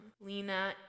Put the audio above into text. Lena